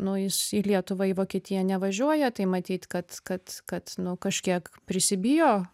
nu jis į lietuvą į vokietiją nevažiuoja tai matyt kad kad kad nu kažkiek prisibijo